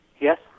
Yes